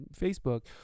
Facebook